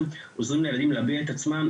שאנחנו עוזרים לילדים להביע את עצמם,